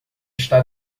está